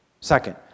Second